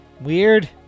Weird